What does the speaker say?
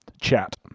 chat